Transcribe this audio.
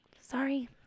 sorry